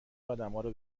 آدمهارو